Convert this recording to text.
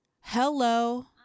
Hello